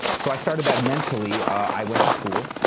so i started that mentally. i went to school.